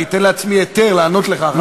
אני אתן לעצמי היתר לענות לך אחר כך.